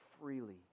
freely